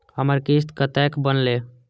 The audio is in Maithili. हमर किस्त कतैक बनले?